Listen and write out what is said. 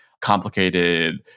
complicated